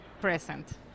present